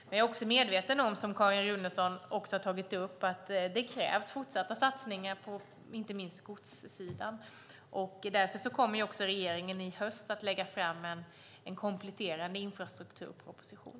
Jag är medveten om, och det tog Carin Runeson också upp, att det krävs fortsatta satsningar inte minst på godssidan. Därför kommer regeringen i höst att lägga fram en kompletterande infrastrukturproposition.